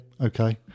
okay